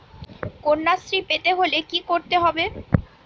কন্যাশ্রী পেতে হলে কি করতে হবে?